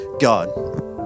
God